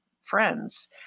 friends